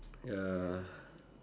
ya